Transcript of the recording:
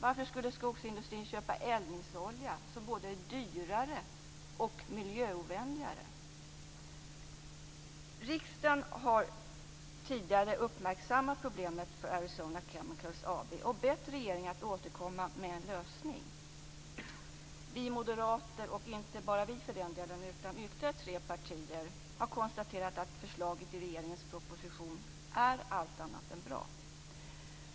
Varför skulle skogsindustrin köpa eldningsolja, som är både dyrare och miljöovänligare? Riksdagen har tidigare uppmärksammat problemet för Arizona Chemical AB och bett regeringen att återkomma med en lösning. Vi moderater - och inte bara vi utan ytterligare tre partier - har konstaterat att förslaget i regeringens proposition är allt annat än bra.